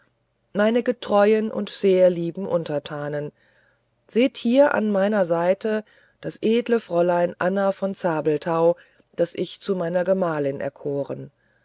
meine getreuen und sehr lieben untertanen seht hier an meiner seite das edle fräulein anna von zabelthau das ich zu meiner gemahlin erkoren